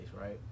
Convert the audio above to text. right